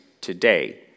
today